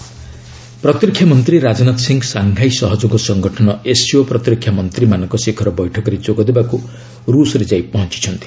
Rajnath SCO ପ୍ରତିରକ୍ଷା ମନ୍ତ୍ରୀ Rajnath Singh Shanghai ସହଯୋଗ ସଙ୍ଗଠନ ଏସ୍ସିଓ ପ୍ରତିରକ୍ଷା ମନ୍ତ୍ରୀମାନଙ୍କ ଶିଖର ବୈଠକରେ ଯୋଗଦେବାକୁ ରୁଷ୍ରେ ଯାଇ ପହଞ୍ଚୁଛନ୍ତି